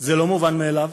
זה לא מובן מאליו.